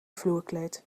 vloerkleed